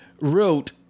wrote